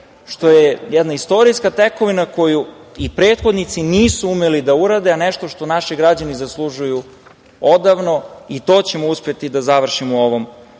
što je jedna istorijska tekovinu, koju i prethodnici nisu umeli da urade, a nešto što naši građani zaslužuju odavno i to ćemo uspeti da završimo u ovom